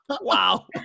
Wow